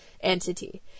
entity